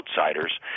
outsiders